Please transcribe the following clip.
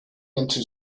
into